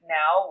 now